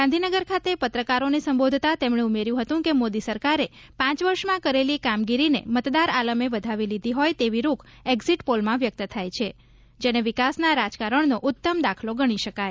ગાંધીનગર ખાતે પત્રકારોને સંબોધતા તેમણે ઉમેર્યું હતું કે મોદી સરકારે પાંચ વર્ષમાં કરેલી કામગીરીને મતદાર આલમે વધાવી લીધી હોય તેવી રૂખ એક્ઝિટ પોલમાં વ્યક્ત થાય છે જેને વિકાસના રાજકારણનો ઉત્તમ દાખલો ગણી શકાય